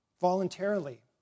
voluntarily